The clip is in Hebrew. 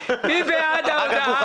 מי בעד אישור ההודעה?